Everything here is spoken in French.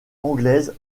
anglaise